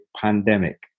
pandemic